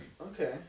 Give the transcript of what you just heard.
Okay